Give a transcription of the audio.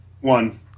one